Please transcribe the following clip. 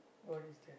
what is that